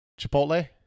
Chipotle